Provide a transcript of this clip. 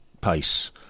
pace